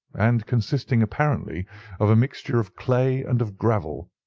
and consisting apparently of a mixture of clay and of gravel.